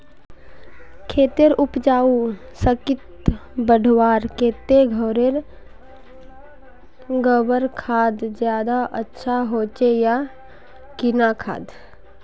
खेतेर उपजाऊ शक्ति बढ़वार केते घोरेर गबर खाद ज्यादा अच्छा होचे या किना खाद?